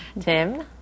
Tim